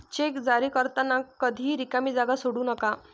check जारी करताना कधीही रिकामी जागा सोडू नका